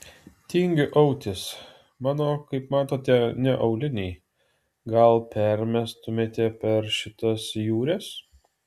tingiu autis mano kaip matote ne auliniai gal permestumėte per šitas jūres